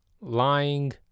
Lying